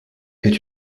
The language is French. est